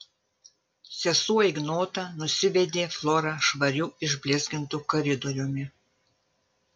sesuo ignota nusivedė florą švariu išblizgintu koridoriumi